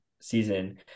season